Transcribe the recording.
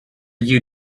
you